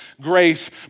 grace